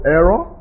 error